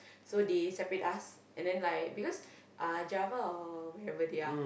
so they separate us and then like because uh Java or wherever they are